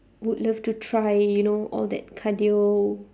would love to try you know all that cardio